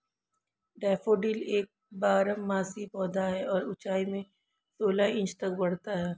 daffodil एक बारहमासी पौधा है और ऊंचाई में सोलह इंच तक बढ़ता है